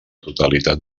totalitat